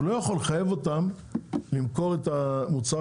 הוא לא יכול לחייב אותם למכור את המוצר